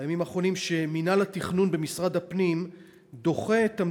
בימים האחרונים שמינהל התכנון במשרד הפנים דוחה את הפעלת